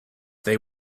they